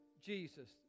Jesus